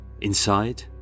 inside